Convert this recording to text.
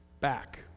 back